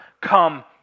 come